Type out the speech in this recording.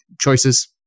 choices